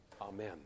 Amen